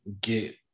get